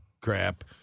crap